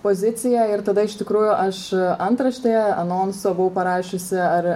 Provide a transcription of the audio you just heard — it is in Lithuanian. pozicija ir tada iš tikrųjų aš antraštėje anonso buvau parašiusi ar